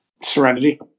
Serenity